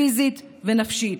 פיזית ונפשית.